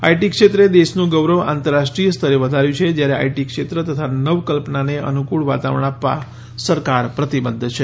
IT ક્ષેત્રે દેશનું ગૌરવ આંતરરાષ્ટ્રીય સ્તરે વધાર્યું છે જ્યારે આઈટી ક્ષેત્ર તથા નવકલ્પનાને અનુકૂળ વાતાવરણ આપવા સરકાર પ્રતિબદ્ધ છે